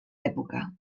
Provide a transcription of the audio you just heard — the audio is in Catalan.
època